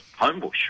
Homebush